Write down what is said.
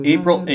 April